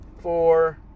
four